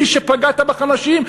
בלי שפגעת בחלשים,